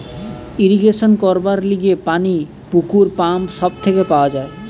irrigation করবার লিগে পানি পুকুর, পাম্প সব থেকে পাওয়া যায়